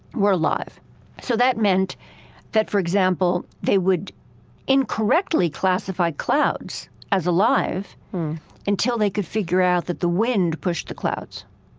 were alive so that meant that, for example, they would incorrectly classify clouds as alive until they could figure out that the wind pushed the clouds.